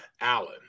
Allen